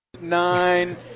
Nine